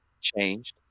changed